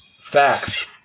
Facts